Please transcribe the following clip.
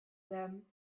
them